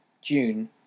June